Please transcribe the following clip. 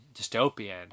dystopian